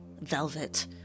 Velvet